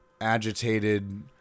agitated